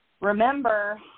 remember